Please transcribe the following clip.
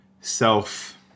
self